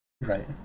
Right